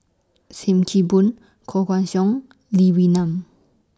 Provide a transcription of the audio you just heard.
SIM Kee Boon Koh Guan Song Lee Wee Nam